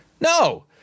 No